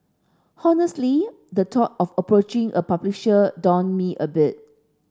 honestly the thought of approaching a publisher daunted me a bit